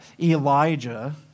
Elijah